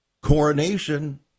coronation